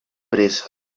pressa